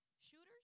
shooters